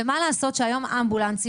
ומה לעשות שהיום אמבולנסים,